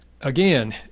again